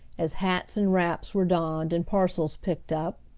as hats and wraps were donned and parcels picked up.